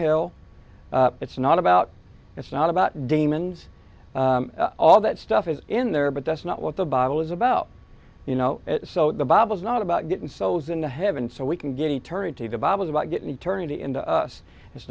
hell it's not about it's not about demons all that stuff is in there but that's not what the bible is about you know so the bible's not about getting souls into heaven so we can get eternity to baba's about getting eternity into us it's